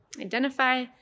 Identify